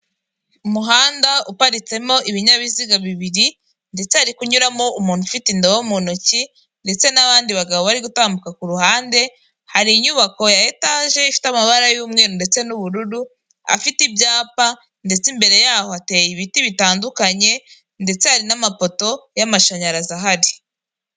Umuhanda uparitsemo ibinyabiziga bibiri ndetse hari kunyuramo umuntu ufite indobo mu ntoki ndetse n'abandi bagabo bari gutambuka ku ruhande; hari inyubako ya etaje ifite amabara y'umweru ndetse n'ubururu afite ibyapa ndetse imbere yaho hateye ibiti bitandukanye ndetse hari n'amapoto y'amashanyarazi ahari.